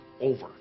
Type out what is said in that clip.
over